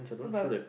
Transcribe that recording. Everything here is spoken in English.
how bout